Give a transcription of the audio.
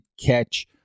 catch